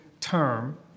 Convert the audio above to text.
term